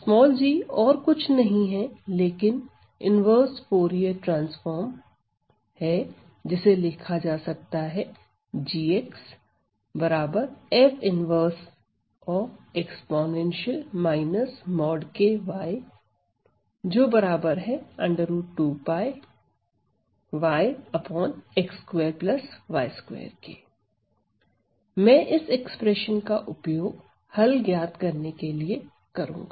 g और कुछ नहीं है लेकिन इन्वर्स फूरिये ट्रांसफॉर्म जिसे लिखा जा सकता है मैं इस एक्सप्रेशन का उपयोग हल ज्ञात करने के लिए करूंगा